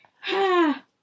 Ha